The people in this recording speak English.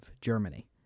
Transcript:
Germany